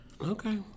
Okay